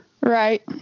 Right